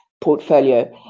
portfolio